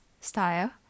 style